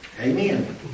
Amen